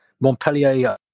Montpellier